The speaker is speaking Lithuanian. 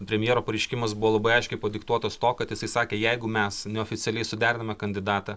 premjero pareiškimas buvo labai aiškiai padiktuotas to kad jisai sakė jeigu mes neoficialiai suderiname kandidatą